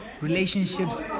relationships